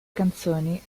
canzoni